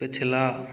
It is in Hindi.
पिछला